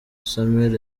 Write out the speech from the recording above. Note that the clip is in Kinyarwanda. samuel